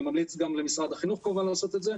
אני ממליץ גם למשרד החינוך כמובן לעשות את זה,